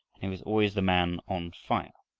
and he was always the man on fire,